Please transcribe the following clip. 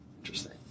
interesting